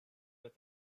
with